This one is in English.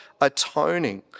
atoning